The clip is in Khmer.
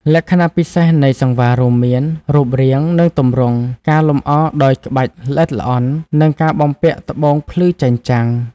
លក្ខណៈពិសេសនៃសង្វាររួមមាន រូបរាង និងទម្រង់ ការលម្អដោយក្បាច់ល្អិតល្អន់ និងការបំពាក់ត្បូងភ្លឺចែងចាំង។